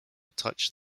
touch